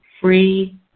free